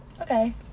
Okay